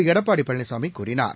எடப்பாடி பழனிசாமி கூறினார்